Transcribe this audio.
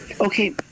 Okay